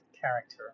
character